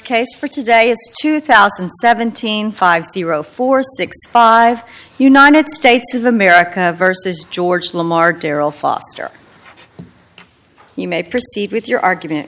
case for today is two thousand and seventeen five zero four six five united states of america versus george lamar darrell foster you may proceed with your argument